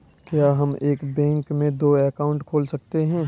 क्या हम एक बैंक में दो अकाउंट खोल सकते हैं?